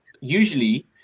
usually